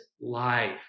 life